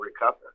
recover